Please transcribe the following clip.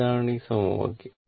ഇതാണ് ഈ സമവാക്യം